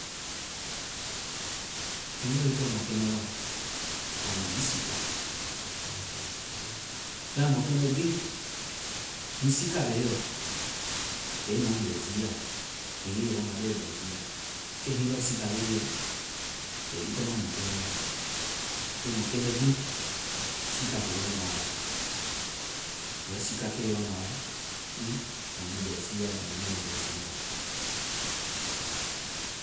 Hiŋi lɔ ii tɔ mɔkɛndɛ wa, kpaŋ mu ii siika. Bɛma mɔkɛndɛ gbi, hiŋi siika bɛ ii yɔ, kɛ ii mɔ bɛsiiya. And ii yɛ ii waŋga bɛ bɛsiiya. Kɛ hiŋilɔ siika be ii yɔ, kɛ ii tɔ ma mɔkɛndɛ wa. So mɔkɛndɛ bi, siika kɛ ii waŋga ɔ. Ya siika kɛe ii waŋga ɔ, ii mɔ nu bɛsiiya, a mu mɔ nu yɛ ii bɛsiiya.